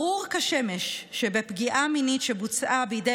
ברור כשמש שבפגיעה מינית שבוצעה בידי